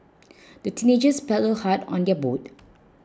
the teenagers paddled hard on their boat